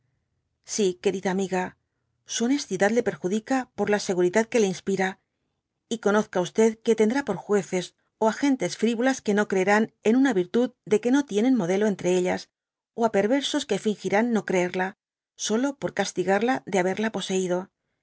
sí querida amiga su honestidad le perjudica por la seguridad que le inspira y conozca que tendrá por jueces ó á gentes frivolas que do creerán en una virtud de que no tienen modek entre ellas ó á perversos que fingirán no creerla solo por castigarla de haberla poseído